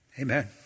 Amen